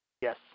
Yes